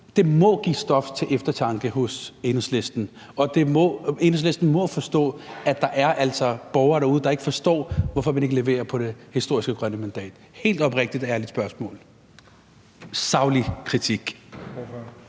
Det må give stof til eftertanke hos Enhedslisten, og Enhedslisten må forstå, at der altså er borgere derude, som ikke forstår, hvorfor man ikke leverer på det historiske grønne mandat. Det er et helt oprigtigt og ærligt spørgsmål – saglig kritik.